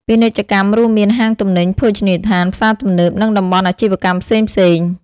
ពាណិជ្ជកម្ម រួមមាន ហាងទំនិញ ភោជនីយដ្ឋាន ផ្សារទំនើប និងតំបន់អាជីវកម្មផ្សេងៗ។